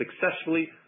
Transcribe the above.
successfully